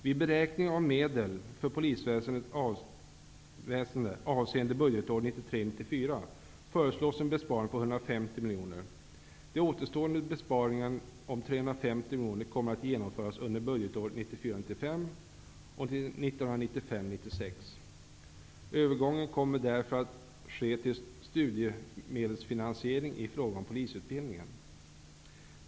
Vid beräkning av medel för polisväsendet avseende budgetåret 1993 95 och 1995/96. En övergång till studiemedelsfinansiering kommer att ske vad beträffar polisutbildningen.